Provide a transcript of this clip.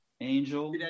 Angel